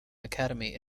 academy